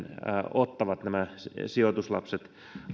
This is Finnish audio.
ottavat sijoituslapset